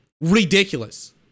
ridiculous